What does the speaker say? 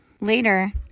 later